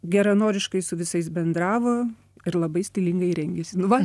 geranoriškai su visais bendravo ir labai stilingai rengėsi nu va